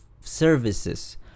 services